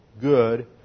good